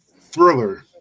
Thriller